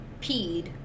peed